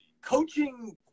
coaching